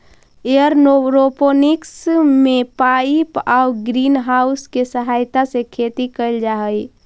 aeroponics में pipe आउ green house के सहायता से खेती कैल जा हइ